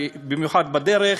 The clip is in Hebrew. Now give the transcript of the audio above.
במיוחד בדרך,